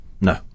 No